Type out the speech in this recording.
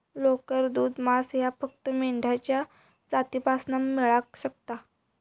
लोकर, दूध, मांस ह्या फक्त मेंढ्यांच्या जातीपासना मेळाक शकता